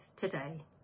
today